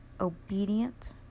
obedient